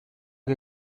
che